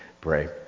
pray